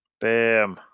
Bam